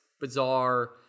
bizarre